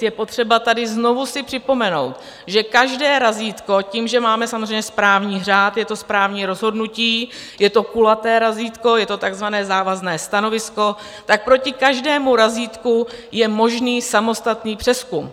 Je potřeba si tady znovu připomenout, že každé razítko tím, že máme samozřejmě správní řád, je to správní rozhodnutí, je to kulaté razítko, je to takzvané závazné stanovisko, tak proti každému razítku je možný samostatný přezkum.